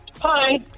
Hi